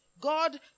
God